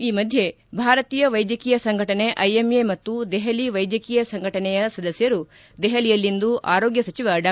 ಈ ಮಧ್ಯೆ ಭಾರತೀಯ ವೈದ್ಯಕೀಯ ಸಂಘಟನೆ ಐಎಂಎ ಮತ್ತು ದೆಹಲಿ ವೈದ್ಯಕೀಯ ಸಂಘಟನೆಯ ಸದಸ್ಯರು ದೆಹಲಿಯಲ್ಲಿಂದು ಆರೋಗ್ಯ ಸಚಿವ ಡಾ